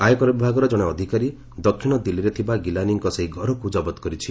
ଆୟକର ବିଭାଗର ଜଣେ ଅଧିକାରୀ ଦକ୍ଷିଣ ଦିଲ୍ଲୀରେ ଥିବା ଗିଲାନୀଙ୍କ ସେହି ଘରକୁ ଜବତ କରିଛି